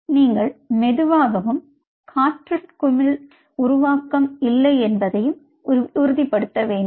எனவே நீங்கள் மெதுவாகவும் காற்று குமிழ் உருவாக்கம் இல்லை என்பதையும் உறுதிப்படுத்த வேண்டும்